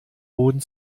boden